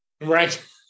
Right